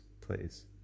please